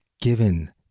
given